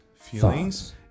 feelings